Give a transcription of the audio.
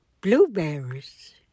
blueberries